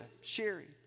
Sherry